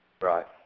Right